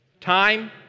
Time